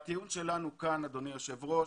בטיעון שלנו כאן, אדוני היושב-ראש,